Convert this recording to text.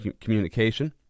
communication